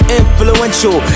influential